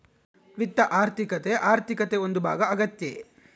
ವಿತ್ತ ಆರ್ಥಿಕತೆ ಆರ್ಥಿಕತೆ ಒಂದು ಭಾಗ ಆಗ್ಯತೆ